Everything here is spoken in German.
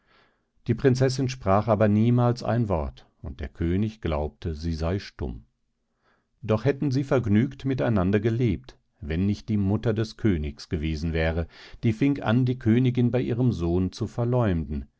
die prinzessin sprach aber niemals ein wort und der könig glaubte sie sey stumm doch hätten sie vergnügt mit einander gelebt wenn nicht die mutter des königs gewesen wäre die fing an die königin bei ihrem sohn zu verläumden